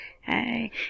hey